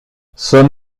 son